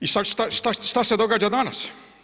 I sad šta se događa danas?